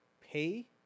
pay